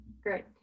Great